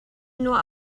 nur